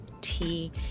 tea